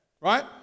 right